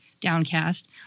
Downcast